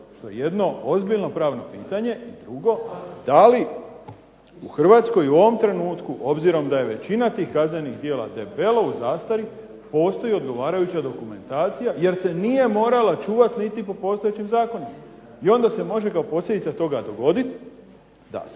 što je jedno ozbiljno pravno pitanje. Drugo, da li u Hrvatskoj u ovom trenutku obzirom da je većina tih kaznenih djela debelo u zastari postoji odgovarajuća dokumentacija, jer se nije morala čuvati niti po postojećim zakonima i onda se može kao posljedica toga dogoditi da se